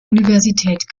universität